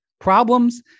problems